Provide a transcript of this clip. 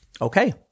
Okay